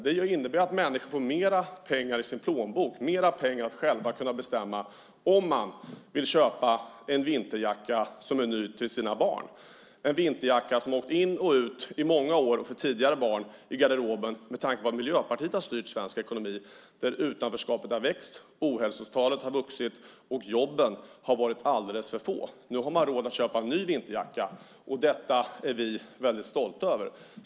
Det innebär att människor får mer pengar i sin plånbok och till att själva kunna bestämma om de till exempel vill köpa en ny vinterjacka till sina barn i stället för den vinterjacka som tidigare år har åkt in och ut i garderoben, under de år då Miljöpartiet har styrt svensk ekonomi och utanförskapet och ohälsotalen har vuxit och jobben varit alldeles för få. Nu har man råd att köpa en ny vinterjacka, och det är vi väldigt stolta över.